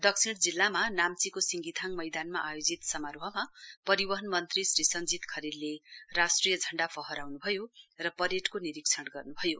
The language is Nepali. दक्षिण जिल्लामा नाम्चीको सिंगिथाङ मैदानमा आयोजित समारोहमा परिवहन मन्त्री श्री सञ्जीत खरेलले राष्ट्रिय झण्डा फहराउनुभयो र परेडको निरीक्षण गर्नुभयो